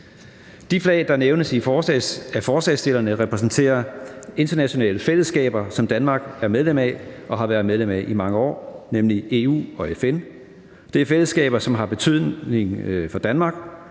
De flag, der nævnes af forslagsstillerne, repræsenterer internationale fællesskaber, som Danmark er medlem af og har været medlem af i mange år, nemlig EU og FN. Det er fællesskaber, som har betydning for Danmark,